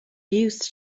used